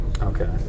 Okay